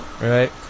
Right